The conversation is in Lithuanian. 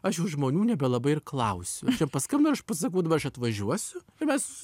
aš jau žmonių nebelabai ir klausiu aš jiem paskambinu ir aš pasakau dabar aš atvažiuosiu ir mes